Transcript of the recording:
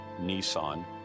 Nissan